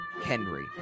Henry